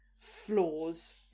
flaws